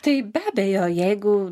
tai be abejo jeigu